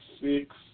six